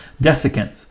Desiccants